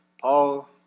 Paul